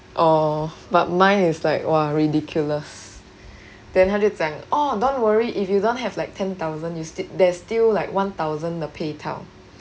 oh but mine is like !wah! ridiculous then 他就讲 orh don't worry if you don't have like ten thousand you still there's still like one thousand 的配套